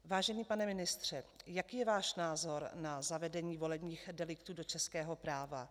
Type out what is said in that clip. Vážený pane ministře, jaký je váš názor na zavedení volebních deliktů do českého práva?